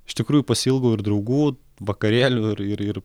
iš tikrųjų pasiilgau ir draugų vakarėlių ir ir ir